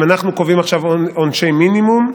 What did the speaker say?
אם אנחנו קובעים עכשיו עונשי מינימום,